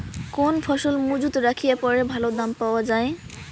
কোন ফসল মুজুত রাখিয়া পরে ভালো দাম পাওয়া যায়?